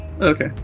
Okay